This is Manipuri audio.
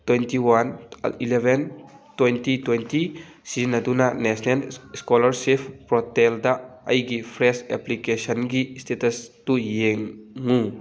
twenty one eleven twenty twenty ꯁꯤꯖꯤꯟꯅꯗꯨꯅ ꯅꯦꯁꯅꯦꯜ ꯏꯁꯀꯣꯂꯥꯔꯁꯤꯞ ꯄꯣꯔꯇꯦꯜꯗ ꯑꯩꯒꯤ ꯐ꯭ꯔꯦꯁ ꯑꯦꯄ꯭ꯂꯤꯀꯦꯁꯟꯒꯤ ꯏꯁꯇꯦꯇꯁꯇꯨ ꯌꯦꯡꯉꯨ